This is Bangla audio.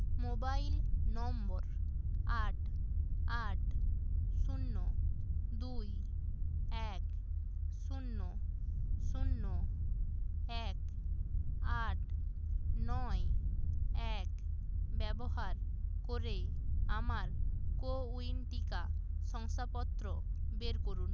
মোবাইল নম্বর আট আট শূন্য দুই এক শূন্য শূন্য এক আট নয় এক ব্যবহার করে আমার কো উইন টিকা শংসাপত্র বের করুন